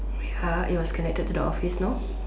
wait ah it was connected to the office no